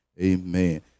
amen